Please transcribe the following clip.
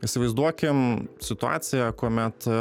įsivaizduokim situaciją kuomet